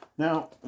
Now